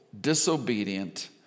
disobedient